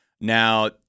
Now